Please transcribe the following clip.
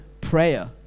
prayer